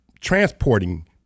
transporting